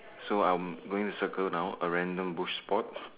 so I'm going to circle now a random bush spot